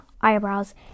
eyebrows